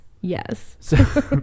Yes